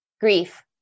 grief